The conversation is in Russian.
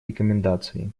рекомендации